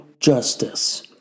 Justice